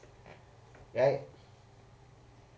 right